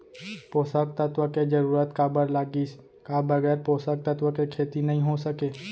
पोसक तत्व के जरूरत काबर लगिस, का बगैर पोसक तत्व के खेती नही हो सके?